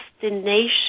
destination